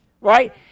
right